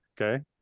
Okay